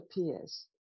appears